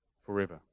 forever